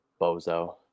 bozo